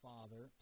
Father